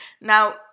Now